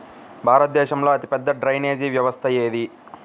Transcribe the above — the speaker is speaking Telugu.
భారతదేశంలో అతిపెద్ద డ్రైనేజీ వ్యవస్థ ఏది?